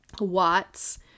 Watts